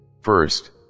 First